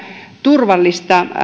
turvallista